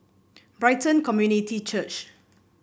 Brighton Community Church